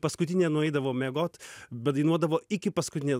paskutinė nueidavo miegot bet dainuodavo iki paskutinė